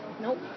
Nope